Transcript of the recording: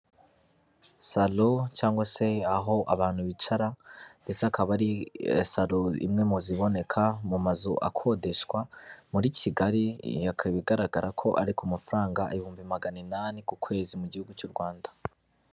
Saro cyangwa se aho abantu bicara, ndetse akaba ari saro imwe mu ziboneka mu mazu akodeshwa muri Kigali, iyi ikaba igaragara ko ari ku mafaranga ibihumbi magana inani ku kwezi mu gihugu cy'u Rwanda.